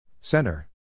Center